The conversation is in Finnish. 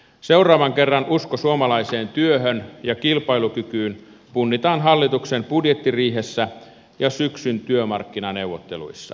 seuraavan kerran usko suomalaiseen työhön ja kilpailukykyyn punnitaan hallituksen budjettiriihessä ja syksyn työmarkkinaneuvotteluissa